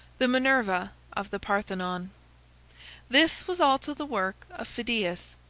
the minerva of the parthenon this was also the work of phidias.